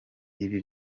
ibi